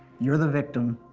you're the victim,